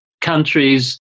countries